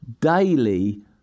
daily